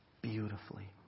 beautifully